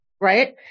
right